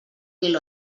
mil